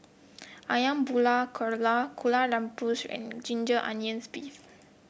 ayam Buah Keluak Kueh Rengas and Ginger Onions beef